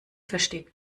versteht